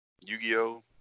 Yu-Gi-Oh